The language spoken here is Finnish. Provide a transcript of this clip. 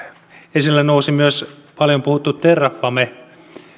esille nousi myös paljon puhuttu terrafame